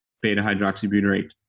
beta-hydroxybutyrate